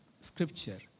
scripture